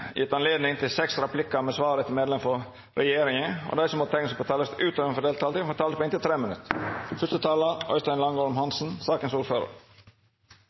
anledning til seks replikkar med svar etter innlegg frå medlemer av regjeringa, og dei som måtte teikna seg på talarlista utover den fordelte taletida, får ei taletid på inntil 3 minutt.